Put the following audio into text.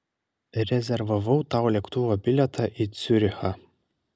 rezervavau tau lėktuvo bilietą į ciurichą